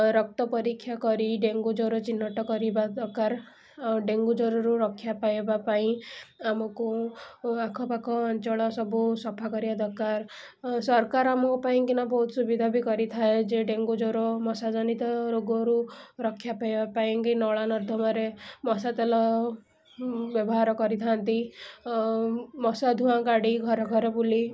ରକ୍ତ ପରୀକ୍ଷା କରି ଡେଙ୍ଗୁ ଜ୍ୱର ଚିହ୍ନଟ କରିବା ଦରକାର ଆଉ ଡେଙ୍ଗୁ ଜ୍ୱରରୁ ରକ୍ଷା ପାଇବା ପାଇଁ ଆମକୁ ଆଖପାଖ ଅଞ୍ଚଳ ସବୁ ସଫା କରିଆ ଦରକାର ସରକାର ଆମ ପାଇଁକିନା ବହୁତ ସୁବିଧା ବି କରିଥାଏ ଯିଏ ଡେଙ୍ଗୁ ଜ୍ୱର ମଶାଜନିତ ରୋଗରୁ ରକ୍ଷା ପାଇବା ପାଇଁକି ନଳା ନର୍ଦ୍ଧମାରେ ମଶା ତେଲ ବ୍ୟବହାର କରିଥାନ୍ତି ମଶା ଧୂଆଁ ଗାଡ଼ି ଘର ଘର ବୁଲି